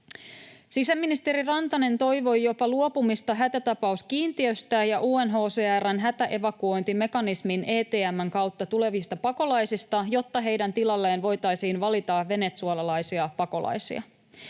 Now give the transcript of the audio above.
Sisäministeri Rantanen toivoi jopa luopumista hätätapauskiintiöstä ja UNHCR:n hätäevakuointimekanismin ETM:n kautta tulevista pakolaisista, jotta heidän tilalleen voitaisiin valita venezuelalaisia pakolaisia.